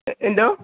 എന്തോ